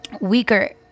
weaker